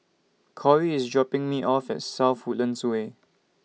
Kori IS dropping Me off At South Woodlands Way